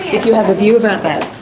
if you have a view about that?